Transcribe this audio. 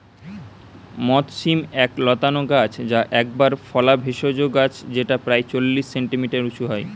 মথ শিম এক লতানা গাছ যা একবার ফলা ভেষজ গাছ যেটা প্রায় চল্লিশ সেন্টিমিটার উঁচু হয়